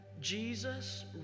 Jesus